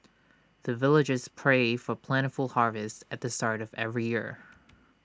the villagers pray for plentiful harvest at the start of every year